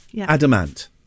Adamant